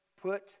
Put